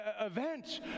event